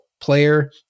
player